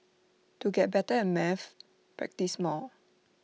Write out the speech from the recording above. to get better at maths practise more